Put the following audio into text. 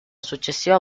successiva